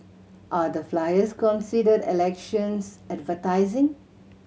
are the flyers considered elections advertising